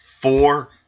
four